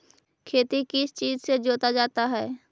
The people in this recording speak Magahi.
खेती किस चीज से जोता जाता है?